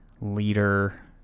leader